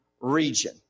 region